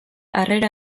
harrera